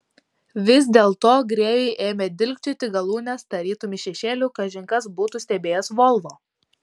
vis dėlto grėjui ėmė dilgčioti galūnes tarytum iš šešėlių kažin kas būtų stebėjęs volvo